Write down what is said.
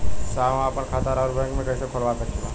साहब हम आपन खाता राउर बैंक में कैसे खोलवा सकीला?